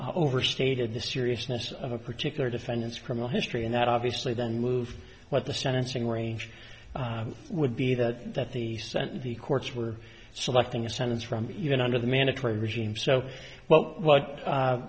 overstated the seriousness of a particular defendant's criminal history and that obviously then move what the sentencing range would be that that the sentence the courts were selecting a sentence from even under the mandatory regime so well what